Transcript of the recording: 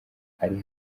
ari